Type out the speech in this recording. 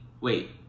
wait